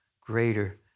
greater